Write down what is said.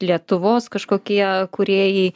lietuvos kažkokie kūrėjai